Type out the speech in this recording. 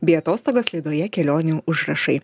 bei atostogas laidoje kelionių užrašai